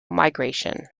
migration